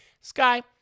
Sky